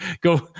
Go